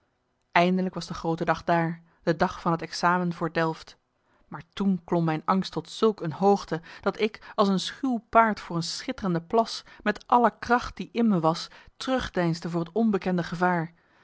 eindelijk was de groote dag daar de dag van het examen voor delft maar toen klom mijn angst tot zulk een hoogte dat ik als een schuw paard voor een schitterende plas met alle kracht die in me was terugdeinsde voor het onbekende gevaar